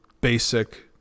basic